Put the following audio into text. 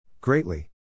Greatly